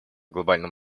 глобальном